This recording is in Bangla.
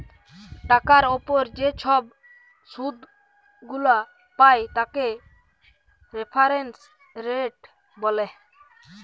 টাকার উপর যে ছব শুধ গুলা পায় তাকে রেফারেন্স রেট ব্যলে